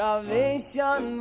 Salvation